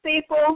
people